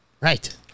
Right